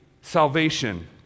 salvation